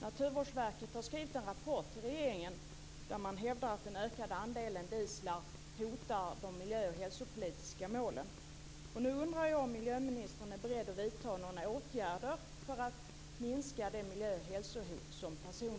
Naturvårdsverket har skrivit en rapport till regeringen, där man hävdar att den ökade andelen dieslar hotar de miljö och hälsopolitiska målen.